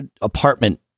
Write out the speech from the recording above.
apartment